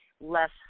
less